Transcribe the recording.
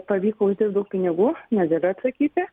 pavyko uždirbt daug pinigų negaliu atsakyti